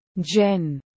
Jen